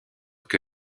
que